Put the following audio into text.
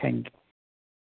thank you